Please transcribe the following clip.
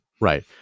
Right